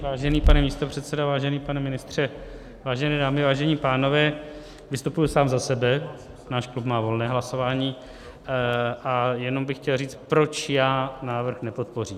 Vážený pane místopředsedo, vážený pane ministře, vážené dámy, vážení pánové, vystupuji sám za sebe, náš klub má volné hlasování, a jenom bych chtěl říct, proč já návrh nepodpořím.